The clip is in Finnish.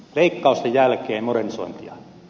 leikkausten jälkeen modernisointia